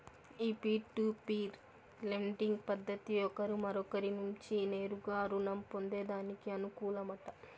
ఈ peer to peer lending పద్దతి ఒకరు మరొకరి నుంచి నేరుగా రుణం పొందేదానికి అనుకూలమట